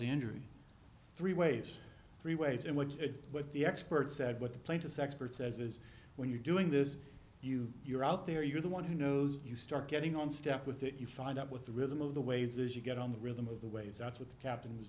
injury three ways three ways in which what the expert said what the plaintiff's expert says is when you're doing this you you're out there you're the one who knows you start getting on step with it you find up with the rhythm of the waves as you get on the rhythm of the ways that's what the captain